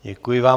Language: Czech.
Děkuji vám.